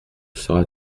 sera